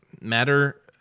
matter